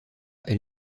elles